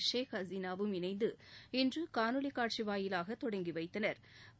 ஷேக் ஹசீனாவும் இணைந்து இன்று காணொலி காட்சி வாயிலாக தொடங்கி வைத்தனா்